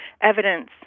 evidence